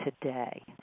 today